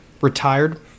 retired